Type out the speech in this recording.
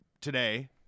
today